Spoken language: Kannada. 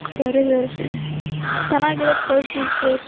ಸರಿ ಸರ್ ಚೆನ್ನಾಗಿರೋದು ಕಳಿಸಿ ಸರ್